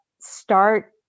start